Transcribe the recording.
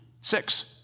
six